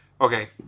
okay